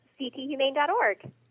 cthumane.org